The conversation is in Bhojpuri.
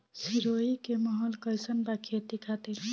सिरोही के माहौल कईसन बा खेती खातिर?